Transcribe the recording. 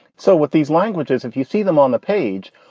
so what these languages, if you see them on the page,